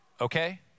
Okay